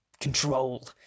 control